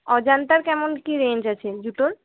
অজন্তার কেমন কি রেঞ্জ আছে জুতোর